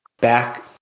back